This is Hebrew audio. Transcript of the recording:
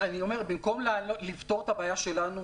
אני אומר, במקום לפתור את הבעיה שלנו,